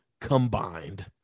combined